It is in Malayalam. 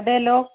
അതേല്ലോ